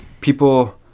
people